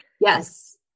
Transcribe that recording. yes